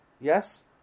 yes